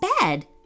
bed